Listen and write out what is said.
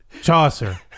Chaucer